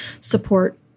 support